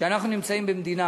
שאנחנו נמצאים במדינה